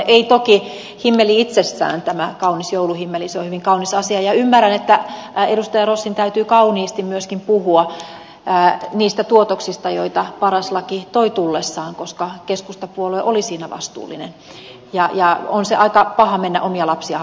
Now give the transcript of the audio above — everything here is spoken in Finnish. ei toki himmeli itsessään tämä kaunis jouluhimmeli se on hyvin kaunis asia ja ymmärrän että edustaja rossin täytyy kauniisti myöskin puhua niistä tuotoksista joita paras laki toi tullessaan koska keskustapuolue oli siinä vastuullinen ja on se aika paha mennä omia lapsia haukkumaan